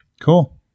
Cool